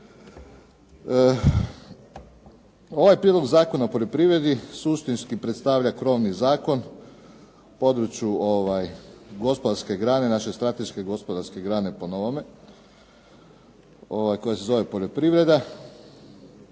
Ovaj Prijedlog zakona o poljoprivredi suštinski predstavlja krovni zakon u području gospodarske grane, naše strateške gospodarske grane po novome, koja se zove poljoprivreda.